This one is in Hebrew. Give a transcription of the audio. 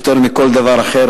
יותר מכל דבר אחר,